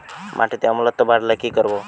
মাটিতে অম্লত্ব বাড়লে কি করব?